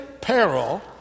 peril